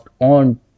on